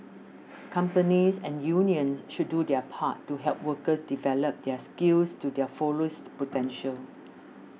companies and unions should do their part to help workers develop their skills to their fullest potential